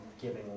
giving